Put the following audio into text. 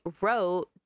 wrote